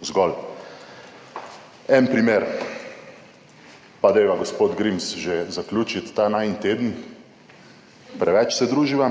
Zgolj en primer. Pa dajva, gospod Grims, že zaključiti ta najin teden. Preveč se druživa.